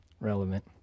relevant